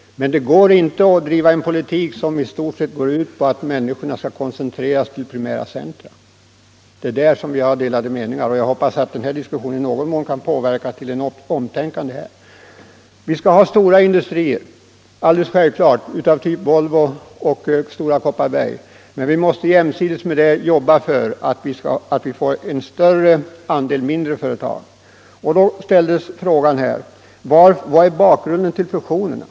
Men det går inte att driva en politik som i stort sett innebär att människorna skall koncentreras till primära centra. Det är där vi har delade meningar, och jag hoppas att denna diskussion i någon mån kan medverka till ett omtänkande. De kommuner som nu finns i länet bör alla få resurser för att kunna hålla sina befolkningstal. Vi skall ha stora industrier — det är alldeles självklart — av typ Volvo och Stora Kopparberg. Men vi måste jämsides med det jobba för att få en större andel mindre företag. Då ställdes frågan: Vad är bakgrunden till fusionerna?